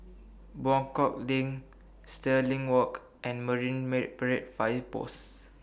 Buangkok LINK Stirling Walk and Marine Parade Fire Post